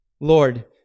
Lord